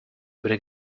would